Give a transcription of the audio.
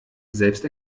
selbst